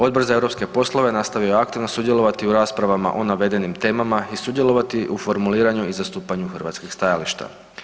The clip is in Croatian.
Odbor za europske poslove nastavio je aktivno sudjelovati u raspravama o navedenim temama i sudjelovati u formuliranju i zastupanju hrvatskih stajališta.